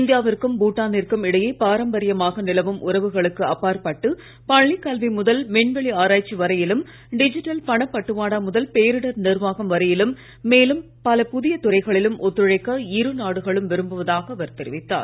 India விற்கும் பூட்டா னிற்கும் இடையே பாரம்பரியமாக நிலவும் உறவுகளுக்கு அப்பாற்பட்டு பள்ளிக் கல்வி முதல் விண்வெளி ஆராய்ச்சி வரையிலும் டிஜிட்டல் பணப் பட்டுவாடா முதல் பேரிடர் நிர்வாகம் வரையிலும் மேலும் பல புதிய துறைகளிலும் ஒத்துழைக்க இருநாடுகளும் விரும்புவதாக அவர் தெரிவித்தார்